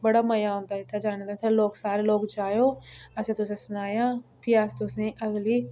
बड़ा मज़ा औंदा इत्थै जाने दा इत्थै सारे लोक जाएओ असें तुसें सनाया फ्ही अस तुसेंईं अगली